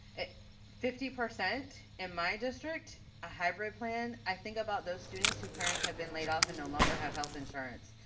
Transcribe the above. fifty percent in my district, a hybrid plan, i think about those students who parents have been laid off and no longer have health insurance.